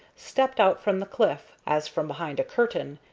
stepped out from the cliff, as from behind a curtain,